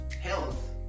health